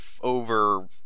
over